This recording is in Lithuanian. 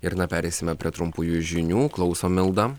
ir na pereisime prie trumpųjų žinių klausom milda